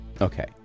okay